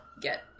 get